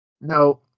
No